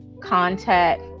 contact